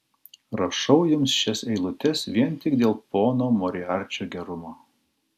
rašau jums šias eilutes vien tik dėl pono moriarčio gerumo